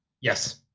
Yes